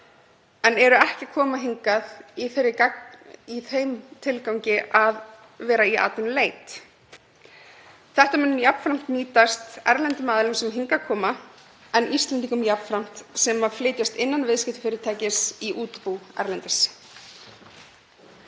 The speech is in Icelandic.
en eru ekki að koma hingað í þeim tilgangi að vera í atvinnuleit. Þetta mun jafnframt nýtast erlendum aðilum sem hingað koma en Íslendingum jafnframt sem flytjast innan viðskiptafyrirtækis í útibú erlendis.